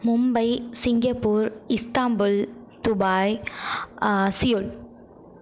Mumbai Singapore Istanbul Dubai Seoul